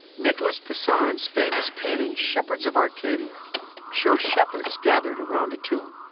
nicolas poussin's famous painting shepherds of arcadia shows shepherds gathered around a tomb.